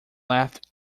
left